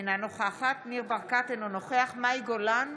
אינה נוכחת ניר ברקת, אינו נוכח מאי גולן,